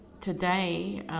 today